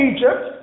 Egypt